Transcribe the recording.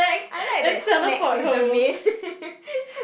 I like that snacks is the main